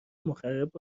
مخرب